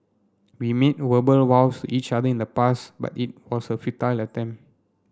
we made verbal vows each other in the past but it was a futile attempt